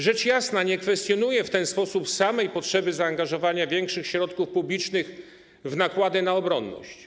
Rzecz jasna nie kwestionuję w ten sposób samej potrzeby zaangażowania większych środków publicznych w nakłady na obronność.